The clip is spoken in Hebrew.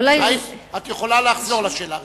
את יכולה לחזור לשאלה הראשונה.